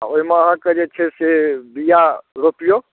आ ओहिमे अहाँके जे छै से बीआ रोपियौ